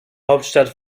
hauptstadt